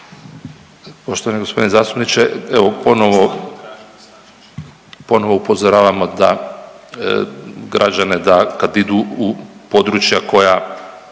Poštovani g. zastupniče. Evo ponovo upozoravamo građane da kad idu u područja koja